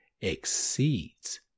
exceeds